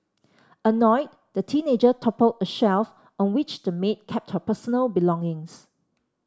annoyed the teenager toppled a shelf on which the maid kept her personal belongings